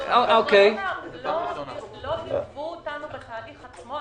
לא עירבו אותנו בתהליך עצמו.